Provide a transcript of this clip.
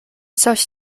coś